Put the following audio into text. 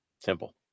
simple